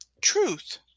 Truth